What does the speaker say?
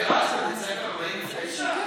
בדצמבר 1949?